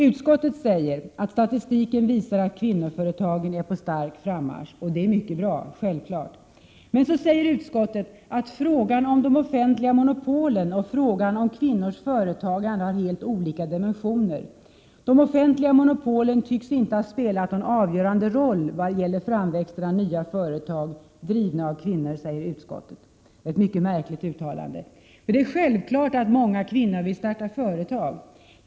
Utskottet säger att statistiken visar att kvinnoföretagen är på stark frammarsch. Detta är självfallet mycket bra. Men så säger utskottet att frågan om de offentliga monopolen och frågan om kvinnors företagande har helt olika dimensioner. De offentliga monopolen tycks inte ha spelat någon avgörande roll vad gäller framväxten av nya företag, drivna av kvinnor, säger utskottet. Det är ett mycket märkligt uttalande. Det är självklart att många kvinnor vill starta företag.